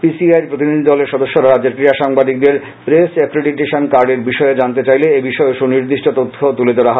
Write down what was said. PCI এর প্রতিনিধি দলের সদস্যরা রাজ্যের ক্রীড়া সাংবাদিকদের প্রেস অ্যাক্রিডিটেশন কার্ডের বিষয়ে জানতে চাইলে এবিষয়েও সুনির্দিষ্ট তথ্য তুলে ধরা হয়